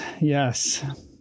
yes